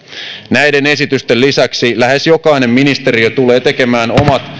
näiden esitysten lisäksi lähes jokainen ministeriö tulee tekemään